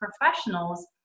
professionals